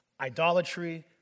idolatry